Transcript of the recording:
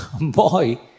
boy